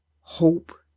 hope